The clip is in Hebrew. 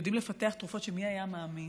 שיודעים לפתח תרופות שמי היה מאמין.